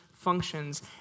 functions